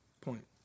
point